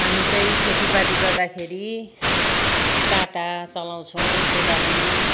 हामी चाहिँ खेतीपाती गर्दाखेरि काँटा चलाउँछौँ कोदाली